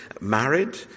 married